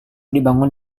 dibangun